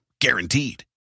Guaranteed